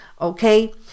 okay